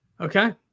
Okay